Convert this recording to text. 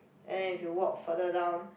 and then if you walk further down